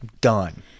done